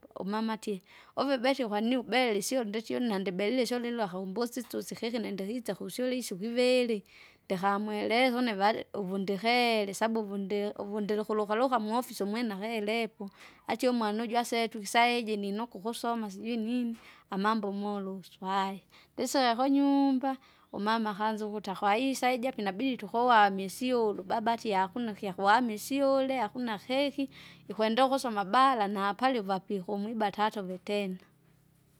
Umama atie uve Beti kwanini ubeli isyule nditiune nandiberile isyule lwaka umbusise susikeke nendehisa kusyule isiku ivili, ndikamweleka une vali uvundikele sabuvundi uvundi lukulukaluka muofisi umwene akeleko, atie umesna uju asetu kisaiji niniko ukusoma sijui nini, amambo umolusu aya. Ndiseha kwanyuumba, umama akaanza ukuta kwahiyo isaiji inabidi tukuwamisiulu baba atie hakuna kyahama isyule, akuna keki, ikwendelea ukusoma bala na paliva pikumwibata atauvitena.